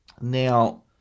Now